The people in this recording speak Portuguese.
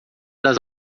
das